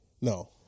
No